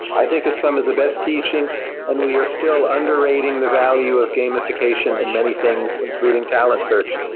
i think it's some of the best teaching and we're still under rating the value of gamification in many things, including talent search.